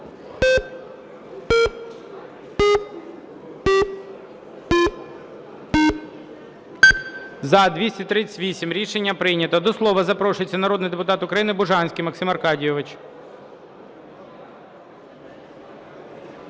За-238 Рішення прийнято. До слова запрошується народний депутат України Бужанський Максим Аркадійович.